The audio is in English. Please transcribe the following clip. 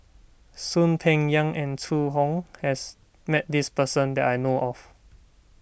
Soon Peng Yam and Zhu Hong has met this person that I know of